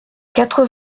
quatre